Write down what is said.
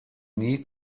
nie